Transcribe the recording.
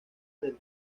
del